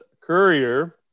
Courier